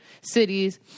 cities